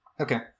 okay